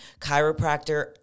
Chiropractor